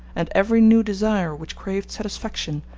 and every new desire which craved satisfaction,